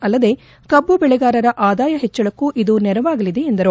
ಅಲ್ಲದೆ ಕಬ್ಬು ಬೆಳೆಗಾರರ ಆದಾಯ ಹೆಚ್ಚಳಕ್ಕೂ ಇದು ನೆರವಾಗಲಿದೆ ಎಂದರು